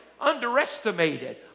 underestimated